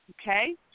Okay